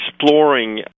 exploring